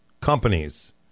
companies